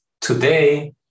Today